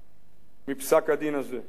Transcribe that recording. מפסק-הדין הזה.